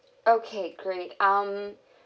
okay great um